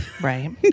Right